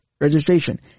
registration